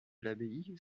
l’abbaye